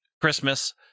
Christmas